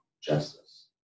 justice